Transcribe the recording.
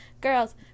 Girls